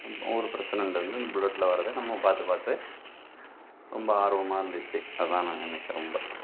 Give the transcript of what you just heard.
ஊர் ப்ரெசிடெண்ட் வந்து அந்த புல்லட்டில் வர்றது நம்ம பார்த்து பார்த்து ரொம்ப ஆர்வமாக இருந்துச்சு அதுதான் நான் நினைக்கிறேன் ரொம்ப